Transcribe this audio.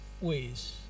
ways